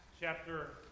chapter